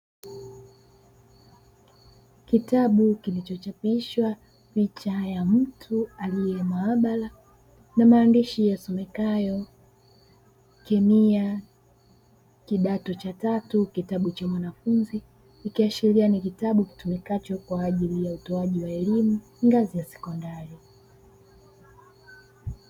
Kitabu kilichochapishwa picha ya mtu aliye maabara na maandishi yasomekayo kemia kidato cha tatu kitabu cha mwanafunzi, ikiashiria ni kitabu kitumikacho kwa ajili ya utoaji wa elimu ngazi ya sekondari.